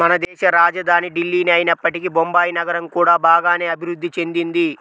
మనదేశ రాజధాని ఢిల్లీనే అయినప్పటికీ బొంబాయి నగరం కూడా బాగానే అభిరుద్ధి చెందింది